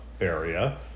area